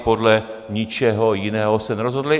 Podle ničeho jiného se nerozhodli.